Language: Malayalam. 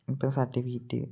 ഇപ്പം സർട്ടിഫിക്കറ്റ്